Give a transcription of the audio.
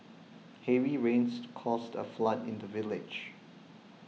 heavy rains caused a flood in the village